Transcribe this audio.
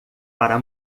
para